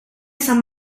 sant